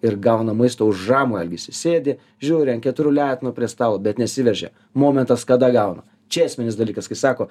ir gauna maisto už ramų elgesį sėdi žiūri ant keturių letenų prie stalo bet nesiveržia momentas kada gauna čia esminis dalykas kai sako